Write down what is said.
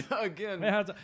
again